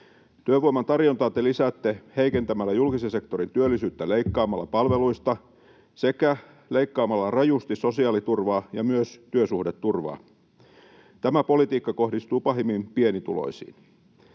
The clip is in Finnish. Työvoiman tarjontaa te lisäätte heikentämällä julkisen sektorin työllisyyttä, leikkaamalla palveluista sekä leikkaamalla rajusti sosiaaliturvaa ja myös työsuhdeturvaa. Tämä politiikka kohdistuu pahimmin pienituloisiin.